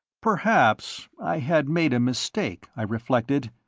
perhaps i had made a mistake, i reflected,